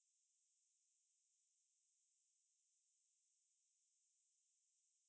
so err அவங்க:avanga vaccines லாம் குடுக்க ஆரம்பிச்சுட்டாங்களா:laam kudukka aarambichuttaangalaa U_K lah but err